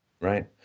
Right